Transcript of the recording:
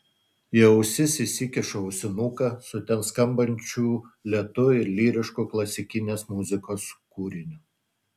į ausis įsikišu ausinuką su ten skambančių lėtu ir lyrišku klasikinės muzikos kūriniu